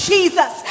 Jesus